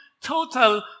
total